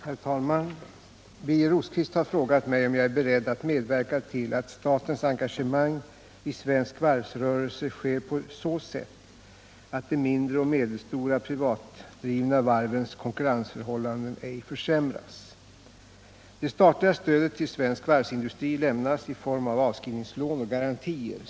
Herr talman! Birger Rosqvist har frågat mig om jag är beredd att medverka till att statens engagemang i svensk varvsrörelse sker på så sätt att de mindre och medelstora privatdrivna varvens konkurrensförhållanden ej försämras. Det statliga stödet till svensk varvsindustri lämnas i form av avskrivningslån och garantier.